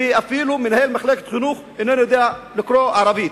ואפילו מנהל מחלקת החינוך איננו יודע לקרוא ערבית.